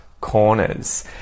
corners